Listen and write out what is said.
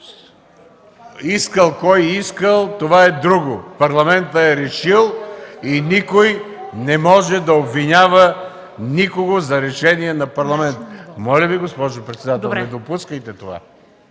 Искал, кой искал – това е друго. Парламентът е решил и никой не може да обвинява никого за решение на Парламента. Моля Ви, госпожо председател, не допускайте това!